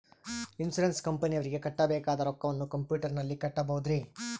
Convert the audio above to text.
Insurance ಕಂಪನಿಯವರಿಗೆ ಕಟ್ಟಬೇಕಾದ ರೊಕ್ಕವನ್ನು ಕಂಪ್ಯೂಟರನಲ್ಲಿ ಕಟ್ಟಬಹುದ್ರಿ?